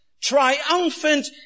triumphant